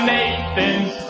Nathan's